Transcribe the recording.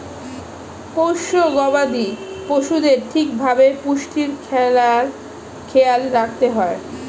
পোষ্য গবাদি পশুদের ঠিক ভাবে পুষ্টির খেয়াল রাখতে হয়